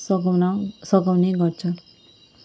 सघाउन सघाउने गर्छ